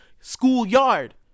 schoolyard